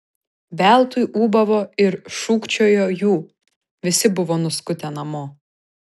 veltui ūbavo ir šūkčiojo jų visi buvo nuskutę namo